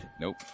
Nope